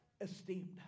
esteemed